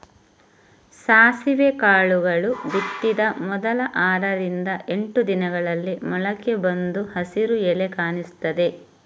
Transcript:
ಸಾಸಿವೆ ಕಾಳುಗಳು ಬಿತ್ತಿದ ಮೊದಲ ಆರರಿಂದ ಎಂಟು ದಿನಗಳಲ್ಲಿ ಮೊಳಕೆ ಬಂದು ಹಸಿರು ಎಲೆ ಕಾಣಿಸ್ತದೆ